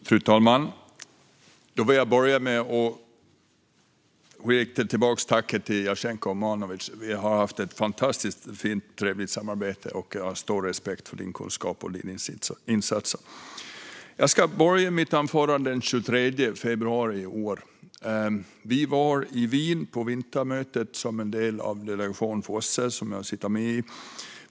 Fru talman! Jag vill börja med att rikta ett tack tillbaka till dig, Jasenko Omanovic. Vi har haft ett fantastiskt fint och trevligt samarbete. Jag har stor respekt för din kunskap och dina insatser. Jag ska börja mitt anförande med att tala om den 23 februari i år. Vi var i Wien på vintermötet som en del av delegationen till OSSE, som jag sitter med i.